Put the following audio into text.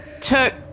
took